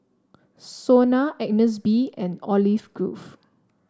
Sona Agnes B and Olive Grove